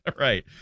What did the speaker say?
Right